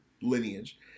lineage